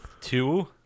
two